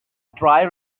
dry